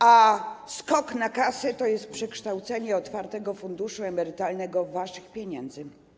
A skok na kasę to jest przekształcenie otwartego funduszu emerytalnego z waszych pieniędzy.